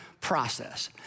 process